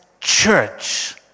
church